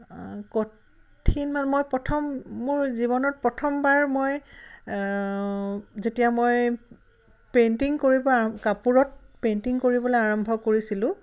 কঠিন মই প্ৰথম মোৰ জীৱনত প্ৰথমবাৰ মই যেতিয়া মই পেইণ্টিং কৰিব আৰম কাপোৰত পেইণ্টিং কৰিবলৈ আৰম্ভ কৰিছিলোঁ